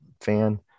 fan